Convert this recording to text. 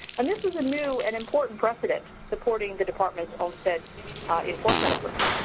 and this is a new and important precedent supporting the departments olmstead enforcement efforts.